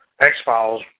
X-Files